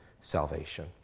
salvation